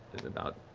about